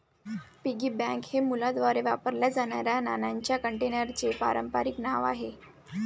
piggy bank हे मुलांद्वारे वापरल्या जाणाऱ्या नाण्यांच्या कंटेनरचे पारंपारिक नाव आहे